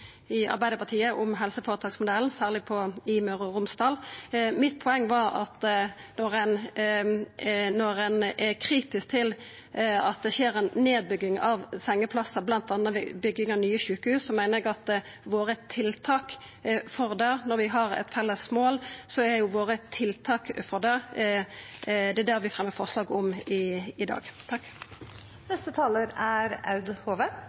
Arbeidarpartiet om helseføretaksmodellen, særleg i Møre og Romsdal. Poenget mitt gjeld at ein er kritisk til at det skjer ei nedbygging av sengeplassar bl.a. ved bygging av nye sjukehus. Eg meiner at vi har tiltak for det – vi har eit felles mål – og det er det vi fremjar forslag om i dag. Dette er